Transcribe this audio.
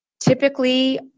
Typically